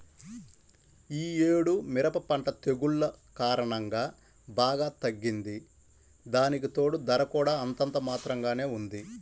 యీ యేడు మిరప పంట తెగుల్ల కారణంగా బాగా తగ్గింది, దానికితోడూ ధర కూడా అంతంత మాత్రంగానే ఉంది